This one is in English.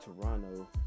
Toronto